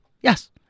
Yes